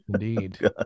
Indeed